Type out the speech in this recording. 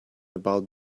about